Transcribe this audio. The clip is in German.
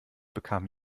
bekam